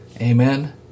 Amen